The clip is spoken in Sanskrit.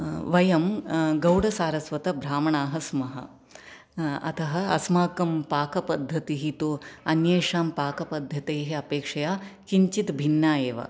वयं गौडसारस्वतब्राह्मणाः स्मः अतः अस्माकं पाकपद्धतिः तु अन्येषां पाकपद्धतेः अपेक्षया किञ्चित् भिन्ना एव